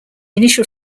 initial